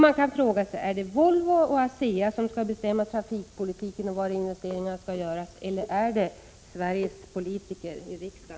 Man kan fråga sig: Är det Volvo och ASEA som skall bestämma trafikpolitiken och var investeringarna skall göras, eller är det politiker i Sveriges riksdag?